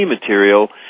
material